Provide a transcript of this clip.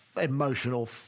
emotional